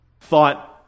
thought